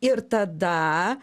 ir tada